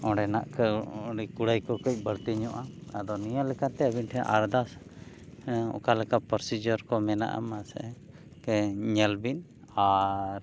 ᱚᱸᱰᱮᱱᱟᱜ ᱠᱩᱲᱟᱹᱭ ᱠᱚ ᱠᱟᱹᱡ ᱵᱟᱹᱲᱛᱤ ᱧᱚᱜᱟ ᱟᱫᱚ ᱱᱤᱭᱟᱹ ᱞᱮᱠᱟᱛᱮ ᱟᱹᱵᱤᱱ ᱴᱷᱮᱱ ᱟᱨᱫᱟᱥ ᱚᱠᱟ ᱞᱮᱠᱟ ᱯᱨᱚᱥᱤᱡᱟᱨ ᱠᱚ ᱢᱮᱱᱟᱜᱼᱟ ᱢᱟᱥᱮ ᱠᱟᱹᱡ ᱧᱮᱞ ᱵᱤᱱ ᱟᱨ